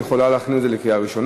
היא יכולה להכין את זה לקריאה ראשונה.